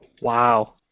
Wow